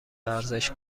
ارزش